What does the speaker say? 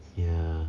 ya